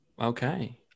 okay